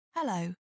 Hello